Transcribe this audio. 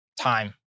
time